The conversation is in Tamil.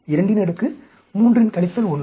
23 1